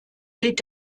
gilt